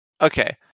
Okay